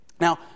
Now